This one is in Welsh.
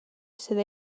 sydd